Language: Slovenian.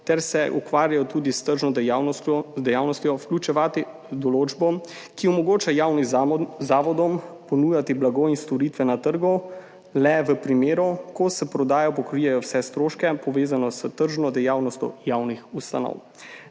ter se ukvarjajo tudi s tržno dejavnostjo, vključevati določbo, ki omogoča javnim zavodom ponujati blago in storitve na trgu le v primeru, ko s prodajo pokrijejo vse stroške, povezane s tržno dejavnostjo javnih ustanov.